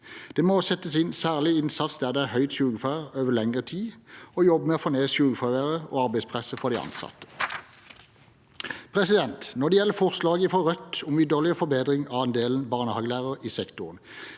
Det må settes inn særlig innsats der det er høyt sykefravær over lengre tid og jobbes med å få ned sykefraværet og arbeidspresset for de ansatte. Når det gjelder forslaget fra Rødt om ytterligere forbedring av andelen barnehagelærere i sektoren,